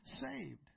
saved